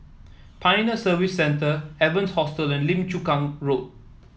Pioneer Service Centre Evans Hostel Lim Chu Kang Road